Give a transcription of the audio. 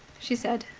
she said.